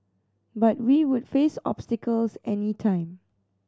but we would face obstacles any time